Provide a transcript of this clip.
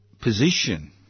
position